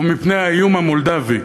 או מפני האיום המולדבי.